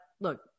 look